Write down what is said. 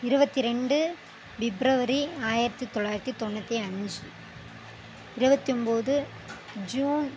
இருபத்தி ரெண்டு பிப்ரவரி ஆயிரத்தி தொள்ளாயிரத்தி தொண்ணூற்றி அஞ்சு இருபத்தொம்போது ஜூன்